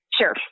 Sure